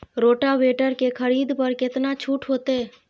Rotavator के खरीद पर केतना छूट होते?